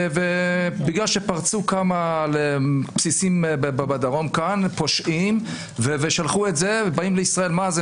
ובגלל שפרצו כמה פושעים לבסיסים בדרום ושלחו את זה ובאים לישראל ומה זה?